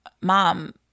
Mom